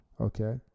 Okay